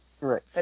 Right